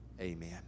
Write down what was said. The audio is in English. Amen